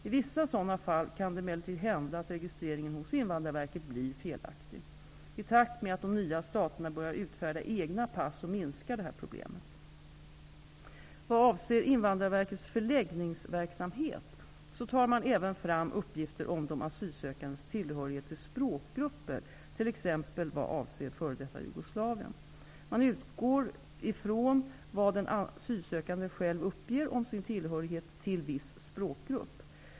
I vissa sådana fall kan det emellertid hända att registreringen hos Invandrarverket blir felaktig. I takt med att de nya staterna börjar utfärda egna pass minskar detta problem. Vad avser Invandrarverkets förläggningsverksamhet, tar man även fram uppgifter om de asylsökandes tillhörighet till språkgrupper, t.ex. vad avser f.d. Jugoslavien. Man utgår ifrån vad den asylsökande själv uppger om sin tillhörighet till viss språkgrupp.